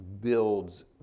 builds